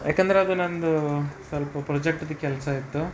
ಯಾಕೆಂದ್ರೆ ಅದು ನಂದೂ ಸ್ವಲ್ಪ ಪ್ರಾಜೆಕ್ಟ್ದು ಕೆಲಸ ಇತ್ತು